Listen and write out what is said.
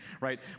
right